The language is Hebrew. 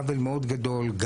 עוול מאוד גדול.